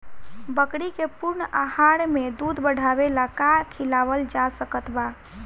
बकरी के पूर्ण आहार में दूध बढ़ावेला का खिआवल जा सकत बा?